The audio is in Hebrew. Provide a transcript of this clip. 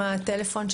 עם הטלפון,